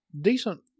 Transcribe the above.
decent